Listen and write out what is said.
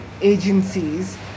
agencies